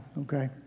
okay